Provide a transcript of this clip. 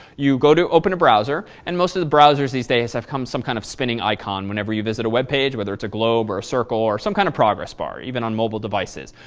you go to open a browser. and most of the browser these days have come some kind of spinning icon whenever you visit a webpage, whether it's a globe or a circle or some kind of progress bar even on mobile devices.